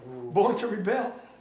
born to rebel?